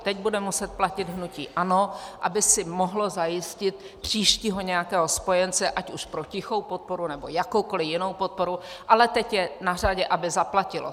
Teď bude muset platit hnutí ANO, aby si mohlo zajistit příštího nějakého spojence, ať už pro tichou podporu, nebo jakoukoli jinou podporu, ale teď je na řadě, aby zaplatilo.